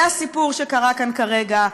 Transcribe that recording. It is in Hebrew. זה הסיפור שקרה כאן כרגע.